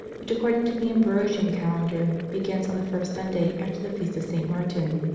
which, according to the ambrosian calendar, begins on the first sunday after the feast of st. martin.